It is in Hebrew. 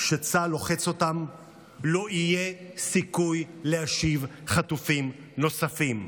שצה"ל לוחץ אותם לא יהיה סיכוי להשיב חטופים נוספים.